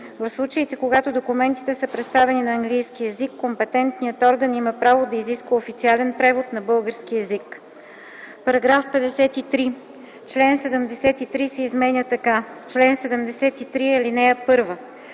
В случаите, когато документите са представени на английски език, компетентният орган има право да изисква официален превод на български език.” § 53. Член 73 се изменя така: „Чл. 73. (1) За